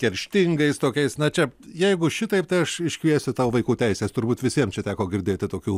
kerštingais tokiais na čia jeigu šitaip tai aš iškviesiu tau vaikų teises turbūt visiem čia teko girdėti tokių